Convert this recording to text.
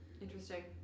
Interesting